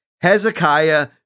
Hezekiah